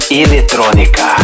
eletrônica